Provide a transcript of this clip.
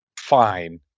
Fine